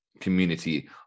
community